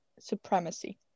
supremacy